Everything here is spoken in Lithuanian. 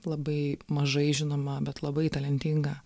labai mažai žinoma bet labai talentinga